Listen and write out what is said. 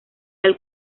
del